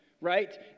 right